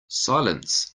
silence